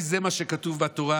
כי זה מה שכתוב בתורה,